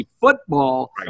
football